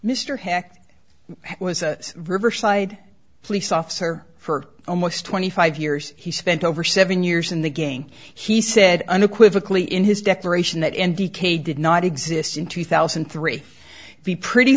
mr hecht was a riverside police officer for almost twenty five years he spent over seven years in the gang he said unequivocally in his declaration that n d k did not exist in two thousand and three be pretty